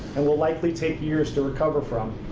and will likely take years to recover from.